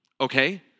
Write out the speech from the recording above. Okay